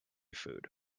food